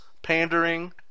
Pandering